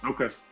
Okay